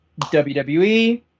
WWE